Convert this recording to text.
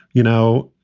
you know.